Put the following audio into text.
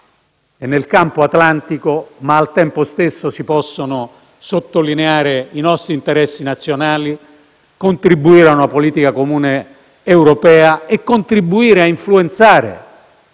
e nel campo atlantico, ma al tempo stesso sottolineare i nostri interessi nazionali, contribuire a una politica comune europea e influenzare